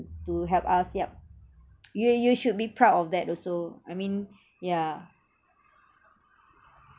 to help us yup you you should be proud of that also I mean yeah